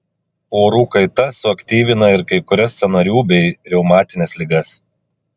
orų kaita suaktyvina ir kai kurias sąnarių bei reumatines ligas